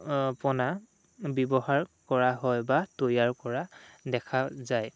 পনা ব্যৱহাৰ কৰা হয় বা তৈয়াৰ কৰা দেখা যায়